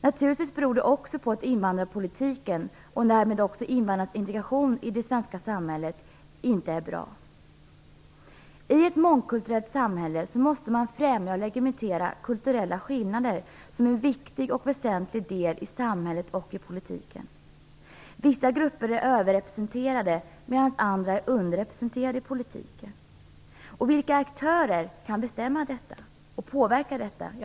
Naturligtvis beror det på att invandrarpolitiken och därmed också invandrarnas integration i det svenska samhället inte är bra. I ett mångkulturellt samhälle måste man främja och legitimera kulturella skillnader som är en viktig och väsentlig del av samhället och politiken. Vissa grupper är överrepresenterade medan andra är underrepresenterade i politiken. Vilka aktörer kan bestämma och påverka detta?